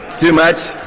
too much?